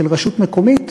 של רשות מקומית,